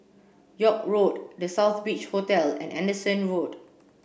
York Road The Southbridge Hotel and Anderson Road